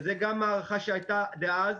שזו גם הערכה שהייתה דאז,